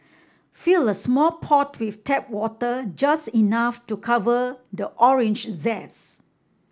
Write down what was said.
fill a small pot with tap water just enough to cover the orange zest